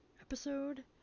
episode